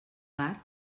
part